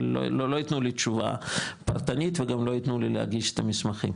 אבל לא יתנו לי תשובה פרטנית וגם לא יתנו לי להגיש את המסמכים,